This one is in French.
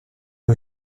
est